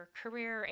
career